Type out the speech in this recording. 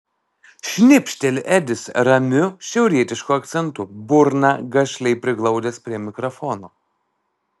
šnipšteli edis ramiu šiaurietišku akcentu burną gašliai priglaudęs prie mikrofono